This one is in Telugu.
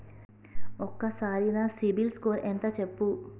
ఒక్కసారి నా సిబిల్ స్కోర్ ఎంత చెప్పు?